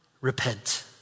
repent